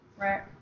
Right